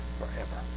forever